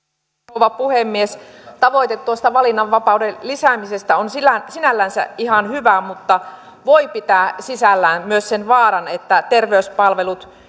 rouva puhemies tavoite tuosta valinnanvapauden lisäämisestä on sinällänsä ihan hyvä mutta voi pitää sisällään myös sen vaaran että terveyspalvelut